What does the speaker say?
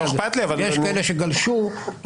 יש כאלה שגלשו,